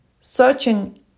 searching